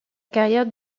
carrière